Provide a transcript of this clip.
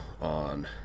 on